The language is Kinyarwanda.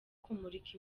kumurika